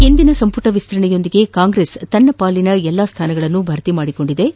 ಇಂದಿನ ಸಂಪುಟ ವಿಸ್ತರಣೆಯೊಂದಿಗೆ ಕಾಂಗ್ರೆಸ್ ತನ್ನ ಪಾಲಿನ ಎಲ್ಲಾ ಸ್ಟಾನಗಳನ್ನು ಭರ್ತಿ ಮಾಡಿಕೊಂಡಿದ್ದು